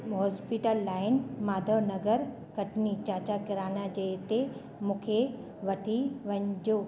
hospital line Madhav Nagar Katni चाचा किराना जे इते मूंखे वठी वञिजो